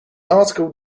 article